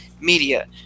media